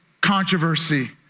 controversy